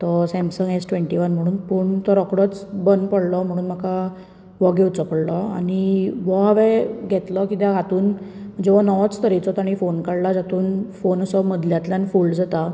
तो Samsung S twenty one म्हणून पूण तो रोकडोच बंद पडलो म्हणून म्हाका वो घेवचो पडलो आनी वो हांवें घेतलो कित्याक हातून जो नवोच तरेचो ताणी फोन काडला जातूंत फोन असो मदल्यांतल्यान फोल्ड जाता